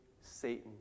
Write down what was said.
Satan